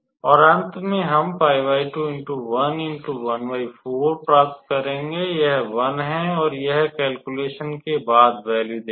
और अंत में हम प्राप्त करेंगे यह 1 है और यह कैलक्युलेशन के बाद वैल्यू देगा